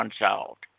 unsolved